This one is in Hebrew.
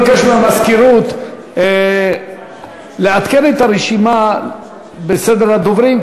אני אבקש מהמזכירות לעדכן את הרשימה בסדר הדוברים,